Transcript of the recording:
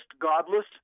godless